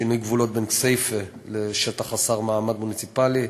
שינוי גבולות בין כסייפה לשטח חסר מעמד מוניציפלי,